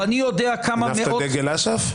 ואני יודע- -- הנפת דגל אש"ף?